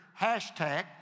hashtag